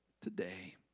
today